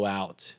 out